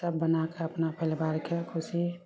सभ बनाकऽ अपना परिवार के खुशी